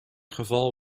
geval